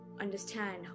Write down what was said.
understand